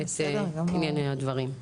את ענייני הדברים.